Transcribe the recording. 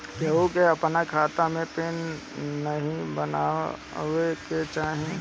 केहू के अपनी खाता के पिन नाइ बतावे के चाही